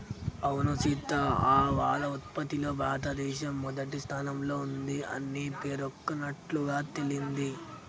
అవును సీత ఆవాల ఉత్పత్తిలో భారతదేశం మొదటి స్థానంలో ఉంది అని పేర్కొన్నట్లుగా తెలింది